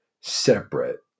separate